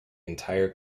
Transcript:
entire